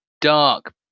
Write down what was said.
dark